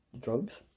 drugs